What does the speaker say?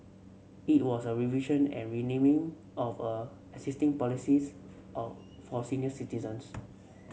it was a revision and renaming of a existing policies of for senior citizens